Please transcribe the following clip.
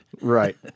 right